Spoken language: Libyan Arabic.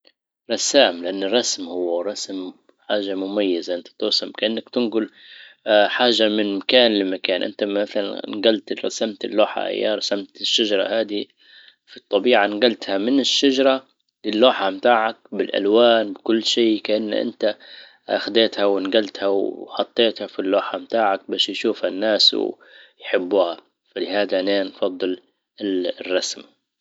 رسام لان الرسم هو رسم حاجة مميزة انت ترسم كانك تنجل حاجة من مكان لمكان. انت مثلا رسمت اللوحة اياه رسمت الشجرة هذه في الطبيعة نجلتها من الشجرة للوحة متاعك بالالوان كل شيء. كأنه انت اخدتها ونجلتها وحطيتها في اللوحة بتاعك بس يشوفها الناس و يحبوها، فلهذا انا نفضل الرسم.